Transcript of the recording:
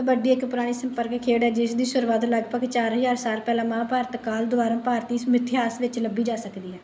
ਕਬੱਡੀ ਇੱਕ ਪੁਰਾਣੀ ਸੰਪਰਕ ਖੇਡ ਹੈ ਜਿਸ ਦੀ ਸ਼ੁਰੂਆਤ ਲਗਭਗ ਚਾਰ ਹਜ਼ਾਰ ਸਾਲ ਪਹਿਲਾਂ ਮਹਾਂਭਾਰਤ ਕਾਲ ਦੌਰਾਨ ਭਾਰਤੀ ਮਿਥਿਹਾਸ ਵਿੱਚ ਲੱਭੀ ਜਾ ਸਕਦੀ ਹੈ